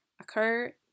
occur